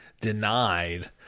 denied